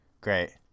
Great